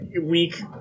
Weak